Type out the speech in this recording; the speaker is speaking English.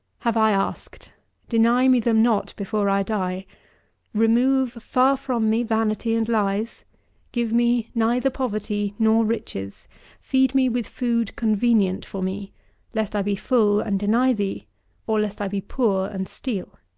have i asked deny me them not before i die remove far from me vanity and lies give me neither poverty nor riches feed me with food convenient for me lest i be full and deny thee or lest i be poor and steal.